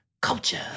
culture